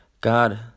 God